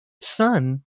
son